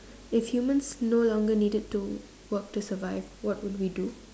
if humans no longer needed to work to survive what would we do